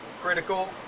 Critical